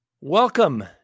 Welcome